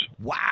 Wow